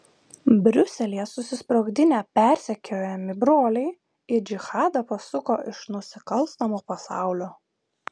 briuselyje susisprogdinę persekiojami broliai į džihadą pasuko iš nusikalstamo pasaulio